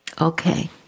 Okay